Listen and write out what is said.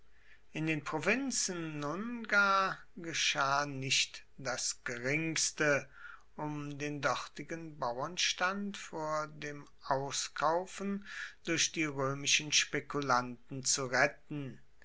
in den provinzen nun gar geschah nicht das geringste um den dortigen bauernstand vor dem auskaufen durch die römischen spekulanten zu retten